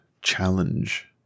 challenge